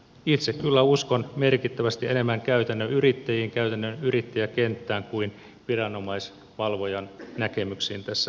itse kyllä uskon merkittävästi enemmän käytännön yrittäjiin käytännön yrittäjäkenttään kuin viranomaisvalvojan näkemyksiin tässä asiassa